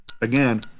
Again